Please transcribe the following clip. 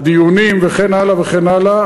הדיונים, וכן הלאה וכן הלאה.